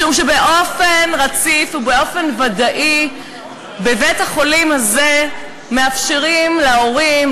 משום שבאופן רציף ובאופן ודאי בבית-החולים הזה מאפשרים להורים,